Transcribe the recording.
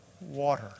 water